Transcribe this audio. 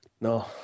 No